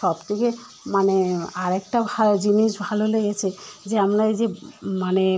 সব থেকে মানে আরেকটা ভা জিনিস ভালো লেগেছে যে আমরা ওই যে মানে